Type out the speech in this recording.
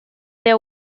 their